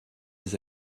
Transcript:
des